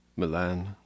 Milan